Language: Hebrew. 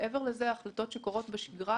מעבר לזה, החלטות שקורות בשגרה